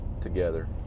together